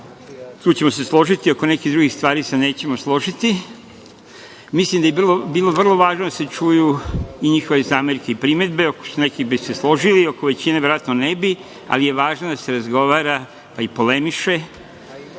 Tu ćemo se složiti. Oko nekih drugih stvari se nećemo složiti. Mislim da bi bilo vrlo važno da se čuju njihove zamerke i primedbe. Oko nekih bi se složili. Oko većine verovatno ne bi, ali je važno da se razgovara, pa i polemiše,